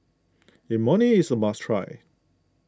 Imoni is a must try